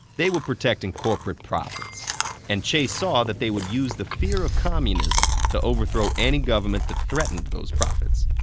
they were protecting corporate profits and che saw that they would use the fear of communism to overthrow any government that threatened those profits.